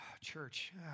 Church